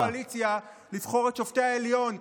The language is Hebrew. של כל קואליציה לבחור את שופטי העליון,